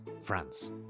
France